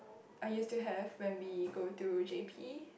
I used to have when we go to JP